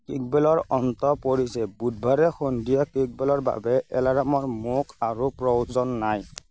কিকবেলৰ অন্ত পৰিছে বুধবাৰে সন্ধিয়া কেকবেলৰ বাবে এলাৰ্মৰ মোক আৰু প্ৰয়োজন নাই